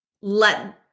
let